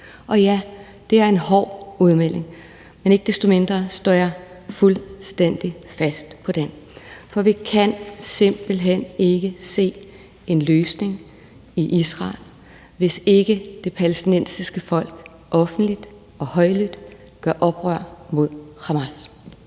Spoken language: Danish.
Og ja, det er en hård udmelding, men ikke desto mindre står jeg fuldstændig fast på den, for vi kan simpelt hen ikke se en løsning i Israel, hvis ikke det palæstinensiske folk offentligt og højlydt gør oprør mod Hamas.